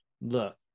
look